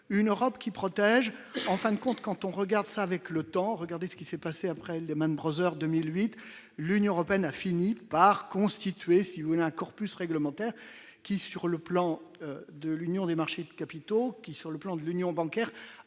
une Europe qui protège en fin de compte, quand on regarde ça avec le temps, regardez ce qui s'est passé après Lehman Brothers 2008, l'Union européenne a fini par constituer si vous voulez un corpus réglementaire qui sur le plan de l'Union des marchés de capitaux qui sur le plan de l'union bancaire